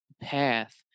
path